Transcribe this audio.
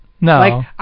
No